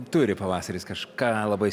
turi pavasaris kažką labai